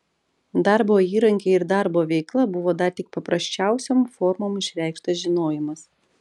darbo įrankiai ir darbo veikla buvo dar tik paprasčiausiom formom išreikštas žinojimas